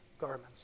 garments